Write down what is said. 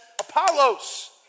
Apollos